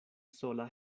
sola